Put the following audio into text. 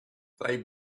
they